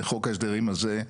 בחוק ההסדרים הזה,